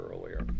earlier